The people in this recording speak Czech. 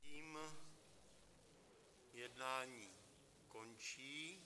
Tím jednání končí.